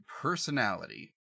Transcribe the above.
personality